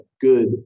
good